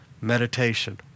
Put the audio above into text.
meditation